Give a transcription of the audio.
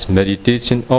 meditation